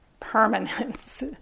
Permanence